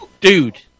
Dude